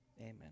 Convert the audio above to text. amen